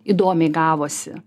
įdomiai gavosi